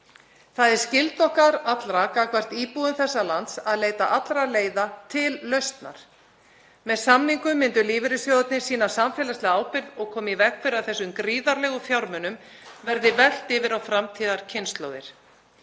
Það er skylda okkar allra gagnvart íbúum þessa lands að leita allra leiða til lausnar. Með samningum myndu lífeyrissjóðirnir sýna samfélagslega ábyrgð og koma í veg fyrir að þessum gríðarlegu fjármunum verði velt yfir á framtíðarkynslóðir.